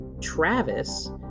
Travis